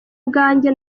ubwanjye